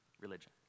religion